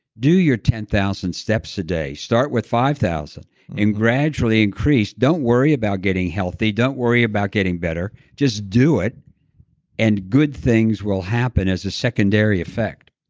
do your ten thousand steps a day. day. start with five thousand and gradually increase. don't worry about getting healthy, don't worry about getting better, just do it and good things will happen as a secondary effect.